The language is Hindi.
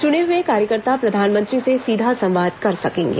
चुने हुए कार्यकर्ता प्रधानमंत्री से सीधा संवाद कर सकेंगे